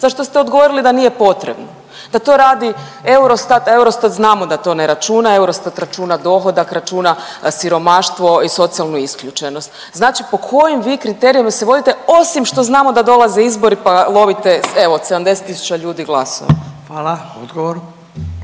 za što ste odgovorili da nije potrebno, da to radi Eurostat, a Eurostat znamo da to ne računa, Eurostat računa dohodak, računa siromaštvo i socijalnu isključenost. Znači po kojim vi kriterijima se vodite, osim što znamo da dolaze izbori pa lovite, evo, od 70 tisuća ljudi glasove? **Radin,